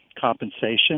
compensation